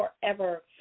forever